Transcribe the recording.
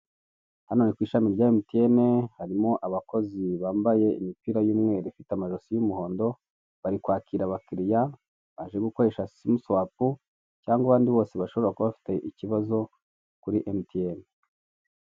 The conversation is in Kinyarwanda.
Hano ni kw'ishami rya MTN harimo abakozi bambaye imipira y'umweru ifite amajosi y'umuhondo bari kwakira abakiriya baje gukoresha simu swapu cyangwa abandi bose bashobora kuba bafite ikibazo kuri MTN.